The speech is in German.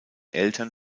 eltern